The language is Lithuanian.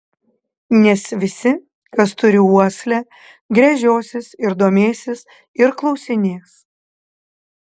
nes visi kas turi uoslę gręžiosis ir domėsis ir klausinės